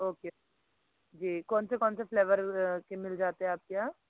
okay जी कौन से कौन से फ्लेवर के मिल जाते हैं आपके यहाँ